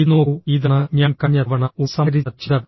ഇത് നോക്കൂ ഇതാണ് ഞാൻ കഴിഞ്ഞ തവണ ഉപസംഹരിച്ച ചിന്ത